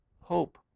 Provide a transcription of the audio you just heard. hope